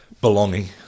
Belonging